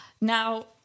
Now